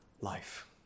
life